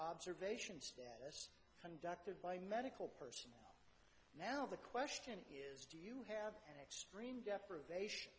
observations conducted by medical person now the question is do you have an extreme deprivation